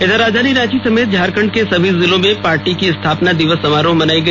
इधर राजधानी रांची समेत झारखंड के सभी जिलों में पार्टी का स्थापना दिवस समारोह मनाया गया